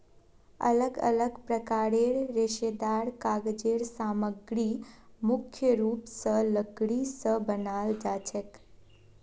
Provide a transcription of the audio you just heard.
अलग अलग प्रकारेर रेशेदार कागज़ेर सामग्री मुख्य रूप स लकड़ी स बनाल जाछेक